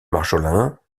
marjolin